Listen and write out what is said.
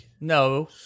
No